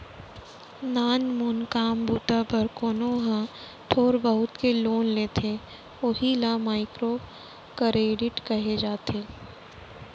नानमून काम बूता बर कोनो ह थोर बहुत के लोन लेथे उही ल माइक्रो करेडिट कहे जाथे